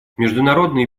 международные